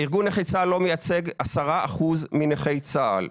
ארגון נכי צה"ל לא מייצג 10 אחוזים מנכי צה"ל.